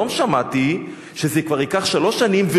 היום שמעתי שזה כבר ייקח שלוש שנים,